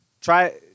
try